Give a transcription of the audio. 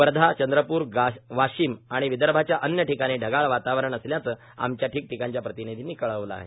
वर्धा चंद्रपूर वाशिम आणि विदर्भाच्या अन्य ठिकाणी ढगाळ वातावर असल्याचं आमच्या ठिकठिकाणच्या प्रतिनिधींनी कळविलं आहे